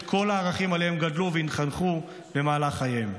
את כל הערכים שעליהם גדלו והתחנכו במהלך חייהם.